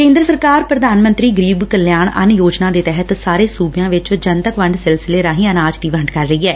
ਕੇਂਦਰ ਸਰਕਾਰ ਪ੍ਰਧਾਨ ਮੰਤਰੀ ਗਰੀਬ ਕਲਿਆਣ ਅੰਨ ਯੋਜਨਾ ਦੇ ਤਹਿਤ ਸਾਰੇ ਸੁਬਿਆਂ ਵਿਚ ਜਨਤਕ ਵੰਡ ਸਿਲਸਿਲੇ ਰਾਹੀਂ ਅਨਾਜ ਦੀ ਵੰਡ ਕਰ ਰਹੀ ਐ